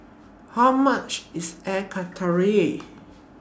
How much IS Air Karthira